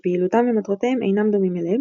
ושפעילותם ומטרותיהם אינם דומים אליהם,